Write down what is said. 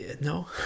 no